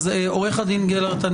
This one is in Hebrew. עורך הדין גלרט,